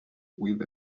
with